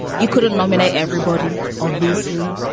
you couldn't nominate everybody, obviously.